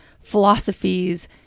philosophies